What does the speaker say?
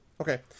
okay